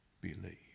believe